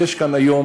יש כאן היום,